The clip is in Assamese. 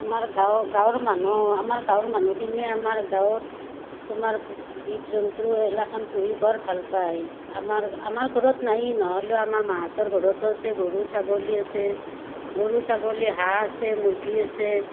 আমাৰ গাঁও গাঁৱৰ মানুহ আমাৰ গাঁৱৰ মানুহখিনিয়ে আমাৰ গাঁৱৰ তোমাৰ জীৱ জন্তু এইগিলাখান পুহি বৰ ভাল পায় আমাৰ আমাৰ ঘৰত নাই নহ'লেও আমাৰ মাহঁতৰ ঘৰতো আছে গৰু ছাগলী আছে গৰু ছাগলী হাঁহ আছে মুৰ্গী আছে